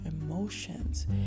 emotions